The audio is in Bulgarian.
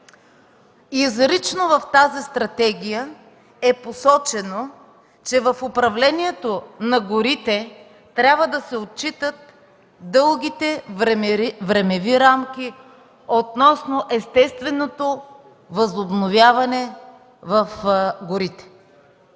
горите. В тази стратегия изрично е посочено, че в управлението на горите трябва да се отчитат дългите времеви рамки относно естественото възобновяване в горите.